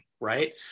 Right